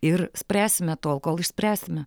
ir spręsime tol kol išspręsime